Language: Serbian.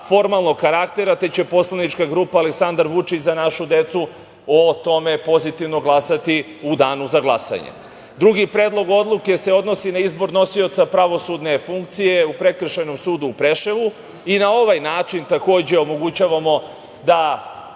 formalnog karaktera, te će poslanička grupa Aleksandar Vučić – Za našu decu o tome pozitivno glasati u danu za glasanje. Drugi predlog odluke se odnosi na izbor nosioca pravosudne funkcije u Prekršajnom sudu u Preševu i na ovaj način takođe omogućavamo da